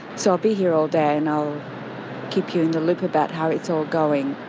so i'll be here all day and i'll keep you in the loop about how it's all going.